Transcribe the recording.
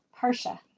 Parsha